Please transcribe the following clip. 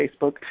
Facebook